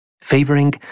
favoring